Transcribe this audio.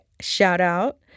shout-out